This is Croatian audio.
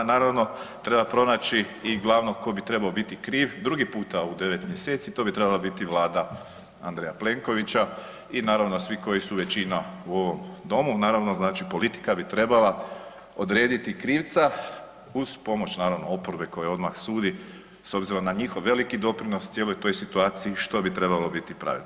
Naravno treba pronaći i glavnog ko bi trebao biti kriv, drugi puta u devet mjeseci, to bi trebala biti Vlada Andreja Plenkovića i naravno svi koji su većina u ovom domu, naravno znači politika bi trebala odrediti krivca uz pomoć oporbe koja odmah sudi s obzirom na njihov veliki doprinos cijeloj toj situaciji što bi trebalo biti pravedno.